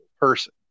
person